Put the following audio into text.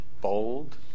bold